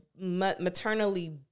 maternally